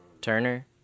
Turner